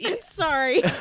Sorry